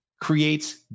creates